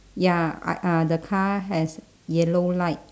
ya I uh the car has yellow light